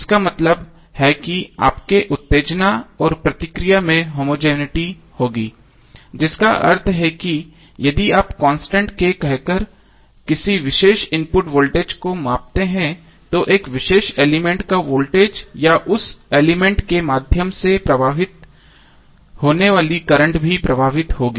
इसका मतलब है कि आपके उत्तेजना और प्रतिक्रिया में होमोजेनििटी होगी जिसका अर्थ है कि यदि आप कांस्टेंट K कहकर किसी विशेष इनपुट वोल्टेज को मापते हैं तो एक विशेष एलिमेंट का वोल्टेज या उस एलिमेंट के माध्यम से प्रवाहित होने वाले करंट भी प्रभावित होगा